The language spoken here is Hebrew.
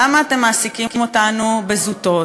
למה אתם מעסיקים אותנו בזוטות?